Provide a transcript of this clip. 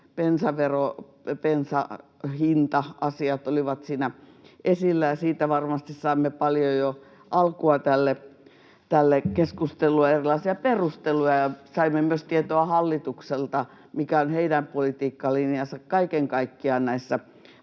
bensan hinta-asiat olivat siinä esillä. Siitä varmasti saimme paljon jo alkua tälle keskustelulle, erilaisia perusteluja, ja saimme myös tietoa hallitukselta, mikä on heidän politiikkalinjansa kaiken kaikkiaan näissä